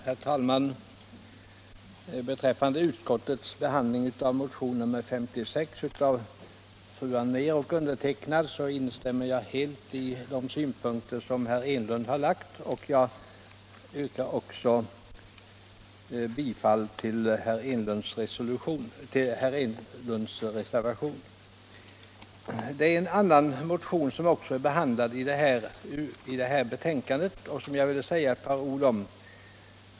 Herr talman! Beträffande utskottets behandling av motionen 56 av fru Anér och mig instämmer jag helt i de synpunkter som herr Enlund framfört. Jag yrkar även bifall till herr Enlunds reservation. Det är en annan motion som också behandlas i betänkandet och som jag vill säga ett par ord om.